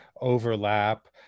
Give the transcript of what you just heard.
overlap